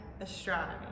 astronomy